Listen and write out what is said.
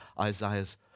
Isaiah's